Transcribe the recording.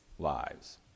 lives